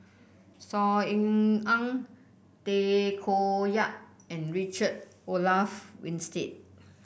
Saw Ean Ang Tay Koh Yat and Richard Olaf Winstedt